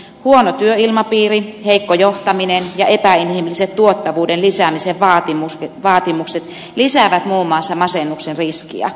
huono työilmapiiri heikko johtaminen ja epäinhimilliset tuottavuuden lisäämisen vaatimukset lisäävät muun muassa masennuksen riskiä